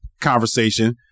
conversation